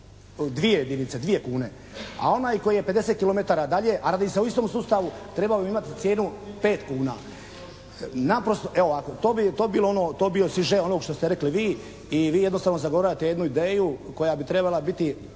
dvije kune. A onaj koji je 50 kilometara dalje a radi se o istom sustavu trebao bi imati cijenu 5 kuna. Naprosto, evo ovako to bi, to bi bilo ono, to bi bio siže onog što ste rekli vi i vi jednostavno zagovarate jednu ideju koja bi trebala biti